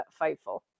Fightful